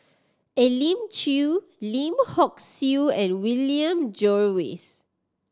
Elim Chew Lim Hock Siew and William Jervois